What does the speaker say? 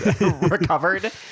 recovered